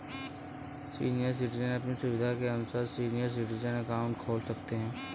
senior citizen अपनी सुविधा के अनुसार सीनियर सिटीजन अकाउंट खोल सकते है